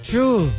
True